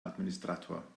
administrator